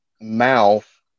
mouth